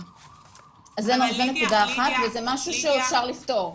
זו נקודה אחת וזה משהו שאפשר לפתור.